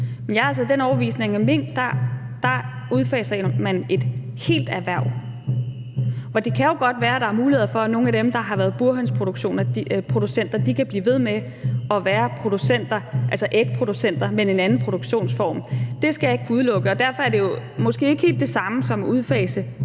af den overbevisning, at hvad angår mink, udfaser man et helt erhverv, hvor det jo godt kan være, at der er muligheder for, at nogle af dem, der har været burægsproducenter, kan blive ved med at være producenter, altså ægproducenter, men under en anden produktionsform. Det skal jeg ikke kunne udelukke, og derfor er det måske ikke helt det samme som at udfase